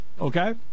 Okay